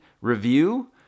review